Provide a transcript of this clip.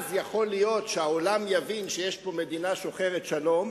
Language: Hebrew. ואז יכול להיות שהעולם יבין שיש פה מדינה שוחרת שלום,